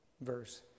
verse